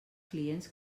clients